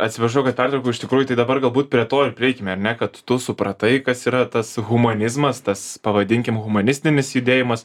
atsiprašau kad pertraukiau iš tikrųjų tai dabar galbūt prie to ir prieikime ar ne kad tu supratai kas yra tas humanizmas tas pavadinkim humanistinis judėjimas